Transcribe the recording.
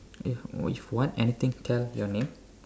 eh if what anything tell your name